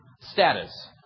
Status